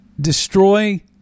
destroy